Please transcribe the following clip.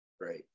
Right